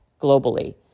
globally